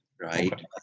Right